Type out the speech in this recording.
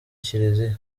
kiliziya